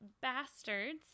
Bastards